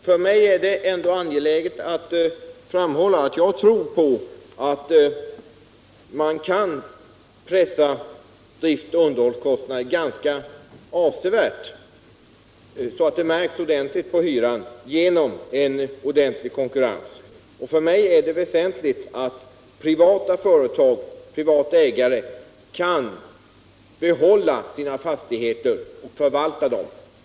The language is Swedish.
Jag är emellertid angelägen framhålla att jag verkligen tror på att man genom konkurrens kan pressa driftoch underhållskostnaderna ganska avsevärt, så att det märks ordentligt på hyran. För mig är det väsentligt att privata ägare kan behålla sina fastigheter och förvalta dem.